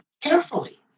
carefully